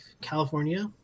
California